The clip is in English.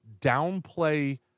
downplay